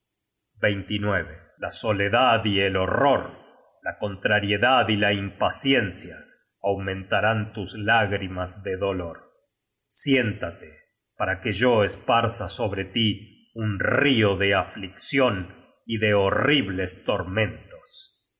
la soledad y el horror la contrariedad y la impaciencia aumentarán tus lágrimas de dolor siéntate para que yo esparza sobre tí un rio de afliccion y de horribles tormentos